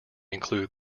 include